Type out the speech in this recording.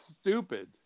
stupid